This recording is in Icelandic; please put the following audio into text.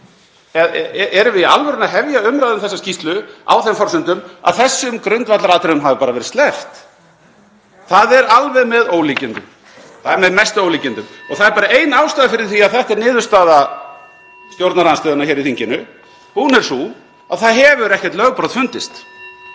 í.) Erum við í alvörunni að hefja umræðu um þessa skýrslu á þeim forsendum að þessum grundvallaratriðum hafi bara verið sleppt? Það er alveg með ólíkindum. Það er með mestu ólíkindum. (Forseti hringir.) Það er bara ein ástæða fyrir því að þetta er niðurstaða stjórnarandstöðunnar hér í þinginu. Hún er sú að það hefur ekkert lögbrot fundist.